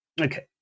Okay